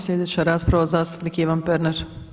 Sljedeća rasprava zastupnik Ivan Pernar.